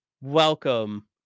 welcome